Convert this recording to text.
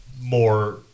more